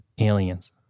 Aliens